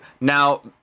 Now